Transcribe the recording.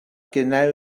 genau